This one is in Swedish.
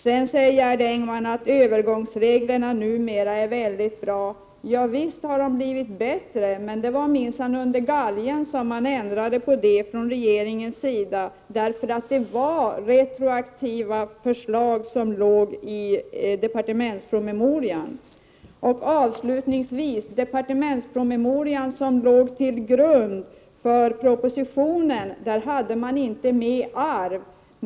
Sedan säger Gerd Engman att övergångsreglerna numera är mycket bra. Prot. 1988/89:45 Ja, visst har de blivit bättre. Men det var minsann under galgen som 14 december 1988 regeringen ändrade på dem, för det var retroaktiva förslag som ingick i Dom oro departementspromemorian. I departementspromemorian, som låg till grund för propositionen, hade man inte med arv.